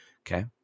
Okay